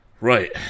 right